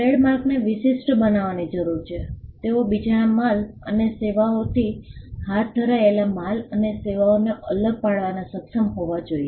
ટ્રેડમાર્ક્સને વિશિષ્ટ બનાવવાની જરૂર છે તેઓ બીજાના માલ અને સેવાઓથી હાથ ધરાયેલા માલ અને સેવાઓને અલગ પાડવામાં સક્ષમ હોવા જોઈએ